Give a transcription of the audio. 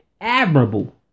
admirable